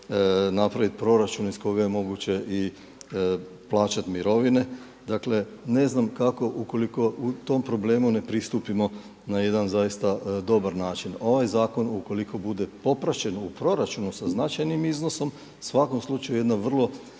napravit proračun iz kojeg je moguće plaćat mirovine. Dakle, ne znam kako ukoliko tom problemu ne pristupimo na jedan doista dobar način. Ovaj zakon ukoliko bude popraćen u proračunu sa značajnim iznosom u svakom slučaju jedna vrlo